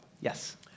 yes